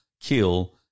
kill